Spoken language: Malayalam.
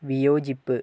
വിയോജിപ്പ്